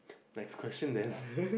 next question then